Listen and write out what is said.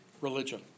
religion